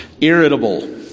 irritable